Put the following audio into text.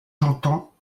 j’entends